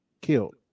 killed